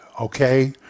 okay